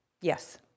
yes